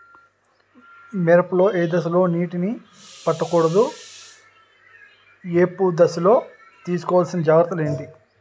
మిరప లో ఏ దశలో నీటినీ పట్టకూడదు? ఏపు దశలో తీసుకోవాల్సిన జాగ్రత్తలు ఏంటి?